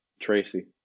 Tracy